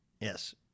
Yes